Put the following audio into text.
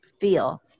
feel